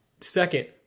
Second